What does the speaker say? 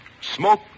smoke